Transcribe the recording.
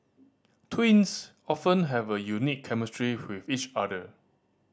twins often have a unique chemistry with each other